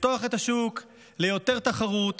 לפתוח את השוק ליותר תחרות,